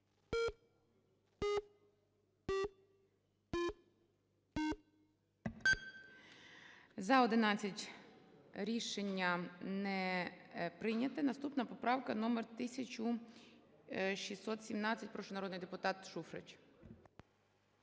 За-11 Рішення не прийняте. Наступна поправка - номер 1617. Прошу, народний депутат Шуфрич.